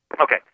Okay